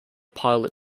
pilot